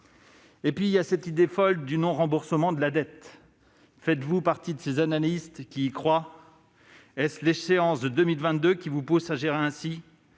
Et que dire de cette idée folle du non-remboursement de la dette ? Faites-vous partie de ces analystes qui y croient ? Est-ce l'échéance de 2022 qui vous pousse à gérer ainsi ?